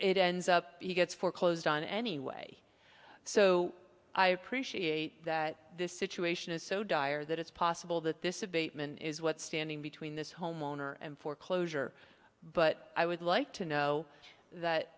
it ends up he gets foreclosed on anyway so i appreciate that this situation is so dire that it's possible that this abatement is what's standing between this homeowner and foreclosure but i would like to know that